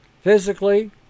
physically